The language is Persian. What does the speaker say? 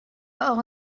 اقا